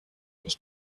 ich